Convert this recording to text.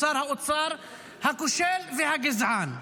שר האוצר הכושל והגזען.